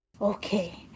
Okay